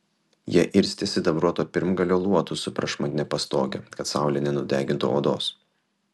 ją irstė sidabruoto pirmagalio luotu su prašmatnia pastoge kad saulė nenudegintų odos